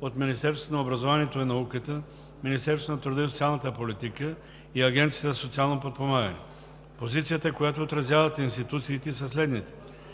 от Министерството на образованието и науката, Министерството на труда и социалната политика и Агенцията за социално подпомагане. Позицията, която отразяват институциите, е следната: